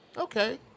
Okay